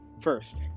first